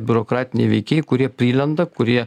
biurokratiniai veikėjai kurie prilenda kurie